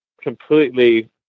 completely